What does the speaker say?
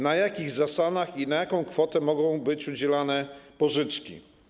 Na jakich zasadach i na jaką kwotę mogą być udzielane pożyczki?